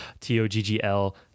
T-O-G-G-L